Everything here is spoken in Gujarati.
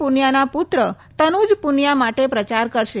પુનિયાના પુત્ર તનુજ પુનિયા માટે પ્રચાર કરશે